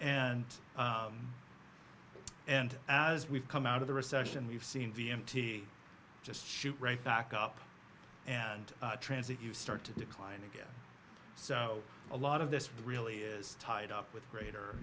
d and as we've come out of the recession we've seen d m t just shoot right back up and transit you start to decline again so a lot of this really is tied up with greater